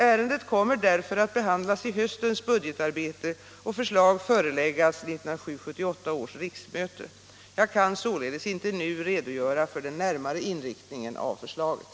Ärendet kommer därför att behandlas i höstens budgetarbete och förslag föreläggas 1977/78 års riksmöte. Jag kan således inte nu redogöra för den närmare inriktningen av förslaget.